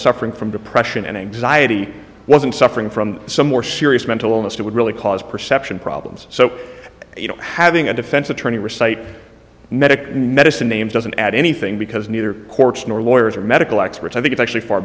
suffering from depression and anxiety wasn't suffering from some more serious mental illness that would really cause perception problems so you know having a defense attorney recite medic medicine names doesn't add anything because neither courts nor lawyers or medical experts i think it's actually far